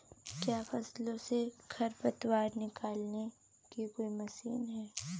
क्या फसलों से खरपतवार निकालने की कोई मशीन है?